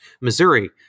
Missouri